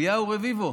אליהו רביבי,